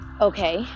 Okay